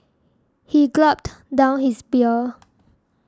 he gulped down his beer